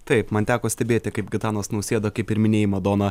taip man teko stebėti kaip gitanas nausėda kaip ir minėjai madona